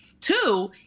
Two